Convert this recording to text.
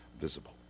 visible